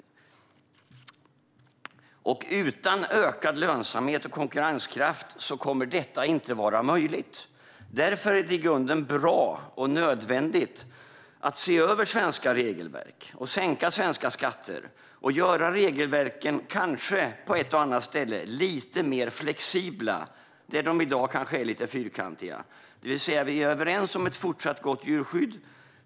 Utan ökad lönsamhet och konkurrenskraft kommer detta inte att vara möjligt. Därför är det i grunden bra och nödvändigt att se över svenska regelverk, sänka svenska skatter och kanske göra regelverken lite mer flexibla på ett och annat ställe där de i dag kanske är lite fyrkantiga. Vi är alltså överens om ett fortsatt gott djurskydd.